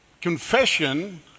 confession